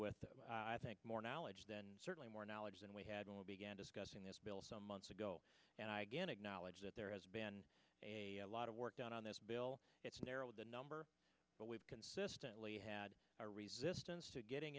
with i think more knowledge then certainly more knowledge than we had all began discussing this bill some months ago and i again acknowledge that there has been a lot of work done on this bill it's narrowed the number but we've consistently had a resistance to getting